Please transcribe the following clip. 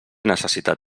necessitat